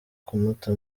kumuta